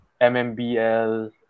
MMBL